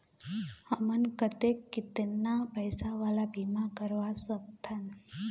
हमन कतेक कितना पैसा वाला बीमा करवा सकथन?